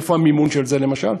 מאיפה המימון של זה, למשל?